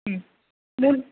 ம் நூல்